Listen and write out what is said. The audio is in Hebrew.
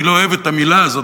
אני לא אוהב את המלה הזאת.